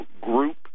group